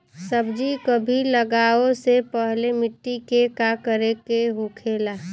सब्जी कभी लगाओ से पहले मिट्टी के का करे के होखे ला?